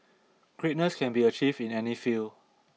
greatness can be achieved in any field